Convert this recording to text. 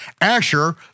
Asher